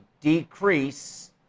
decrease